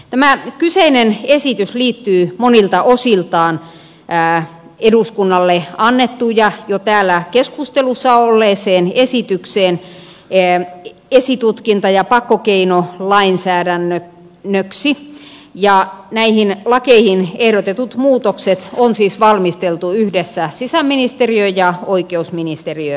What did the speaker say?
tämä kyseinen esitys liittyy monilta osiltaan eduskunnalle annettuun ja jo täällä keskustelussa olleeseen esitykseen esitutkinta ja pakkokeinolainsäädännöksi ja näihin lakeihin ehdotetut muutokset on siis valmisteltu yhdessä sisäministeriön ja oikeusministeriön kesken